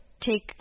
take